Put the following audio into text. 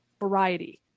variety